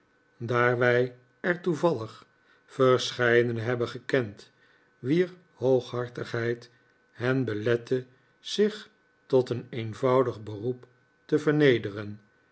wij er toevallig verscheidene hebben gekend wier hooghartigheid hen belette zich tot een eenvoudig beroep te vernederen